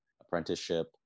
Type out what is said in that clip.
apprenticeship